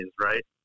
right